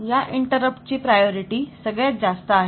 या इंटरप्ट चे प्राधान्य सगळ्यात जास्त आहे